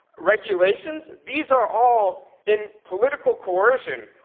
regulations these are all, in political coercion,